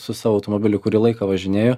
su savo automobiliu kurį laiką važinėju